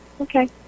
okay